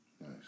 Nice